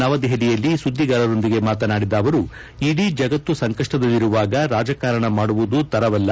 ನವ ದೆಹಲಿಯಲ್ಲಿ ಸುದ್ದಿಗಾರರೊಂದಿಗೆ ಜೊತೆ ಮಾತನಾಡಿದ ಅವರು ಇಡೀ ಜಗತ್ತು ಸಂಕಷ್ಟದಲ್ಲಿರುವಾಗ ರಾಜಕಾರಣ ಮಾಡುವುದು ತರವಲ್ಲ